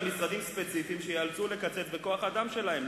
משרדים ספציפיים שייאלצו לקצץ בכוח-האדם שלהם.